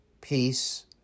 peace